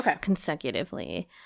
consecutively